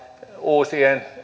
uusien